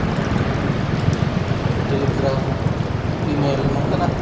Telegram email ᱱᱚᱝᱠᱟᱱᱟᱜ